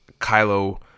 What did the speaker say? Kylo